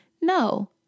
No